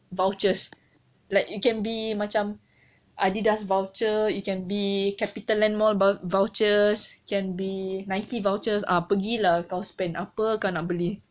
vouchers like it can be macam adidas voucher it can be capitaland mall vou~ vouchers can be nike vouchers ah pergilah kau apa kau nak beli